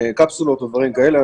קפסולות ודברים כאלה.